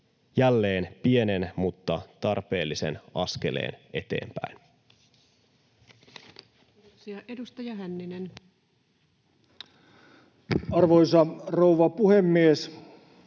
jälleen pienen mutta tarpeellisen askeleen eteenpäin.